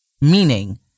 meaning